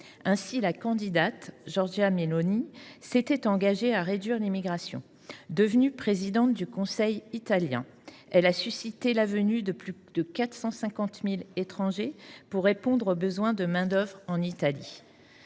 Ainsi, la candidate Giorgia Meloni s’était engagée à réduire l’immigration. Devenue présidente du Conseil italien, elle a suscité la venue de plus de 450 000 étrangers pour répondre aux besoins de main d’œuvre en Italie.